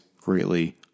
greatly